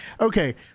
okay